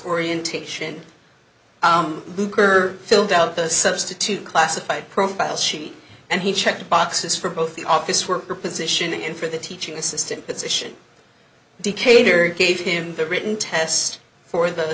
orientation luker filled out the substitute classified profile sheet and he checked boxes for both the office worker position and for the teaching assistant position decatur gave him the written test for the